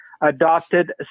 adopted